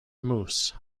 moose